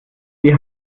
die